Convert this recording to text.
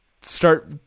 start